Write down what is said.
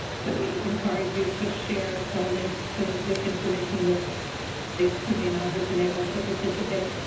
so, we encourage you to share the link to this information with states who may not have been able to participate.